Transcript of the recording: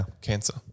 cancer